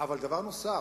אבל דבר נוסף: